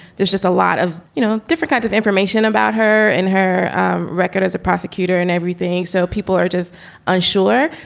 there's just a lot of, you know, different kinds of information about her and her record as a prosecutor and everything. so people are just unsure.